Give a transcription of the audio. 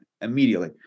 immediately